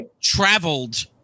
traveled